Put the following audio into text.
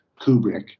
Kubrick